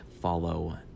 follow